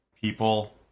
people